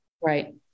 Right